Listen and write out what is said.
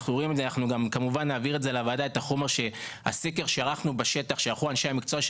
אנחנו נעביר לוועדה את הסקר שערכו אנשי המקצוע של